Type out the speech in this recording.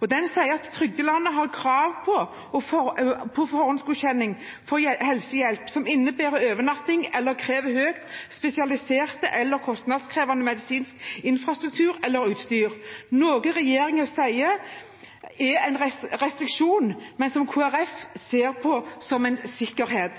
Den sier at trygdelandet har krav på forhåndsgodkjenning for helsehjelp som innebærer overnatting eller krever høyt spesialiserte eller kostnadskrevende medisinsk infrastruktur eller utstyr – noe som regjeringen sier er en restriksjon, men som Kristelig Folkeparti ser på som en sikkerhet.